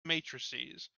matrices